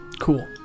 Cool